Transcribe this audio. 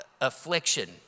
affliction